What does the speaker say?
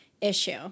issue